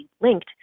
linked